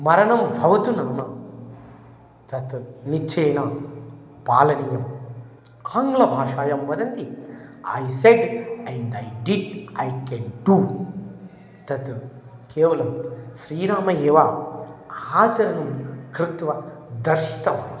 मरणं भवतु नाम तत् निश्चयेन पालनीयं आङ्ग्लभाषायां वदन्ति I said and I did I can do तत् केवलं श्रीराम एव आचरणं कृत्वा दर्शितमस्ति